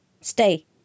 Stay